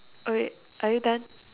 oh wait are you done